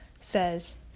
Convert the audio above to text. says